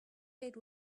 gate